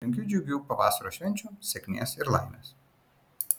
linkiu džiugių pavasario švenčių sėkmės ir laimės